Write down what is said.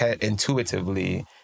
intuitively